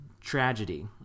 tragedy